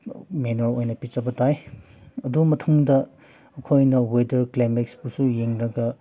manure ꯑꯣꯏꯅ ꯄꯤꯖꯕ ꯇꯥꯏ ꯑꯗꯨ ꯃꯊꯪꯗ ꯑꯩꯈꯣꯏꯅ ꯋꯦꯗꯔ ꯀ꯭ꯂꯥꯏꯃꯦꯠꯄꯨꯁꯨ ꯌꯦꯡꯂꯒ